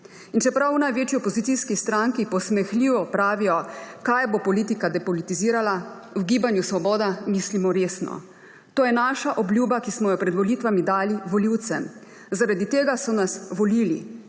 Čeprav v največji opozicijski stranki posmehljivo pravijo, kaj bo politika depolitizirala, v Gibanju Svobode mislimo resno. To je naša obljuba, ki smo jo pred volitvami dali volivcem. Zaradi tega so nas volili.